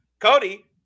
Cody